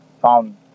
found